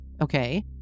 Okay